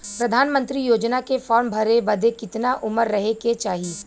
प्रधानमंत्री योजना के फॉर्म भरे बदे कितना उमर रहे के चाही?